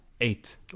eight